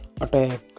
Attack